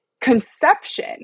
conception